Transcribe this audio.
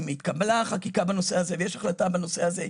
התקבלה החקיקה בנושא הזה ויש החלטה בנושא הזה,